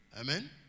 Amen